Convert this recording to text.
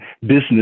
business